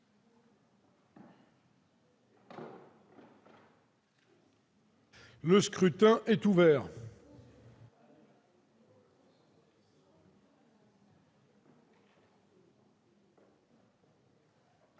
Le scrutin est ouvert.